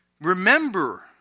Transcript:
Remember